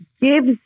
gives